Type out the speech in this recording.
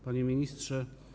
Panie Ministrze!